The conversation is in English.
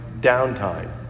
downtime